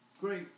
great